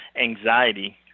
anxiety